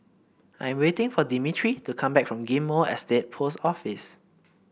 I'm waiting for Demetri to come back from Ghim Moh Estate Post Office